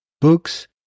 books